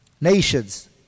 nations